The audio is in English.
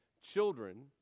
Children